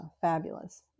fabulous